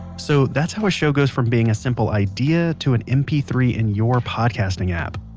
so that's how a show goes from being a simple idea to an m p three in your podcasting app.